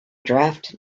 draft